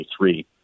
2023